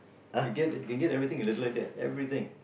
you get you can get everything in Little-India everything